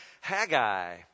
Haggai